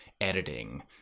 editing